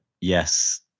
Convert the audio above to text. yes